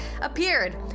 appeared